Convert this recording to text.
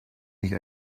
nicht